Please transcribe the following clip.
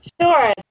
Sure